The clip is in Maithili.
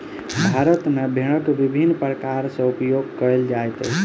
भारत मे भेड़क विभिन्न प्रकार सॅ उपयोग कयल जाइत अछि